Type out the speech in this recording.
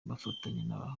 bafatanya